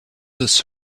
this